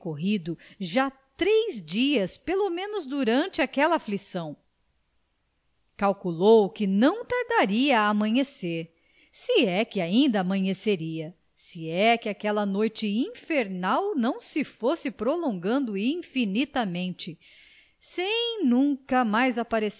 decorrido já três dias pelo menos durante aquela aflição calculou que não tardaria a amanhecer se é que ainda amanheceria se é que aquela noite infernal não se fosse prolongando infinitamente sem nunca mais